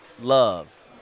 Love